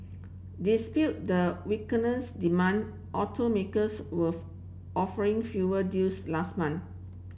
dispute the weakness demand automakers were offering fewer deals last month